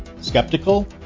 Skeptical